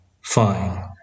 fine